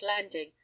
landing